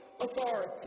authority